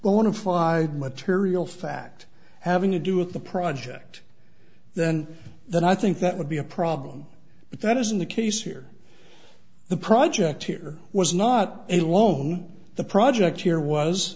bonafide material fact having to do with the project than then i think that would be a problem but that isn't the case here the project here was not a loan the project here was